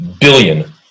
billion